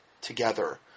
together